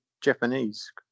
Japanese